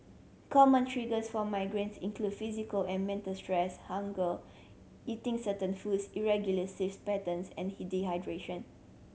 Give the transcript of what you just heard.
common triggers for migraines include physical and mental stress hunger eating certain foods irregular saves patterns and